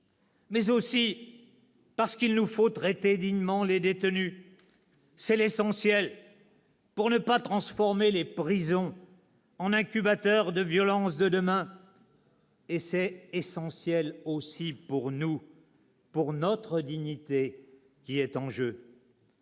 mais aussi parce qu'il nous faut traiter dignement les détenus. C'est essentiel pour ne pas transformer les prisons en incubateurs des violences de demain, et c'est essentiel pour nous, car c'est aussi notre dignité qui est en jeu.